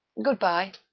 good-bye